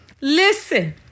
Listen